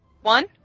One